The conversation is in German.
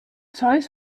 zeus